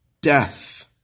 death